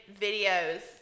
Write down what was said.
videos